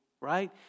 right